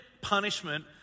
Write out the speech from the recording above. punishment